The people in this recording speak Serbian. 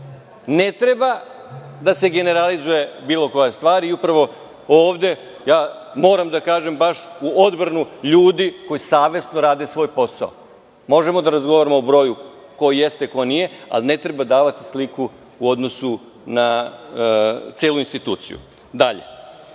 ne treba da se generalizuje bilo koja stvar i upravo ovde ja moram da kažem baš u odbranu ljudi koji savesno rade svoj posao, možemo da razgovaramo o broju ko jeste ko nije, ali ne treba davati sliku u odnosu na celu instituciju. Dalje,